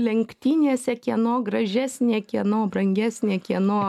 lenktynėse kieno gražesnė kieno brangesnė kieno